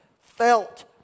felt